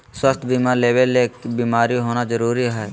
स्वास्थ्य बीमा लेबे ले बीमार होना जरूरी हय?